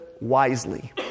wisely